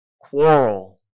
quarrel